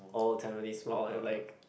old Tampines Mall and like